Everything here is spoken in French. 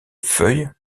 feuilles